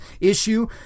issue